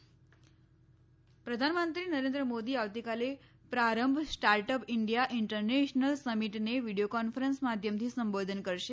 પ્રધાનમંત્રી પ્રારંભ પ્રધાનમંત્રી નરેન્દ્ર મોદી આવતીકાલે પ્રારંભ સ્ટાર્ટઅપ ઈન્ડિયા ઈન્ટરનેશનલ સમીટને વિડીયો કોન્ફરન્સ માધ્યમથી સંબોધન કરશે